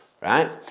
right